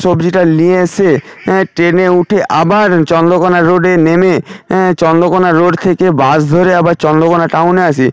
সবজিটা নিয়ে এসে ট্রেনে উঠে আবার চন্দ্রকোনা রোডে নেমে চন্দ্রকোনা রোড থেকে বাস ধরে আবার চন্দ্রকোনা টাউনে আসি